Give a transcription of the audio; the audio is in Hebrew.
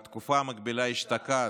בתקופה המקבילה אשתקד,